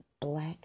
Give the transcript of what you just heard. black